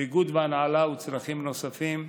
ביגוד והנעלה וצרכים נוספים,